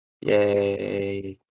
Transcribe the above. Yay